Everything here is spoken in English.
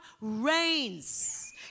reigns